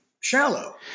Shallow